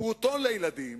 פעוטון לילדים,